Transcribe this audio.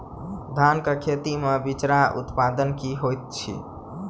धान केँ खेती मे बिचरा उत्पादन की होइत छी?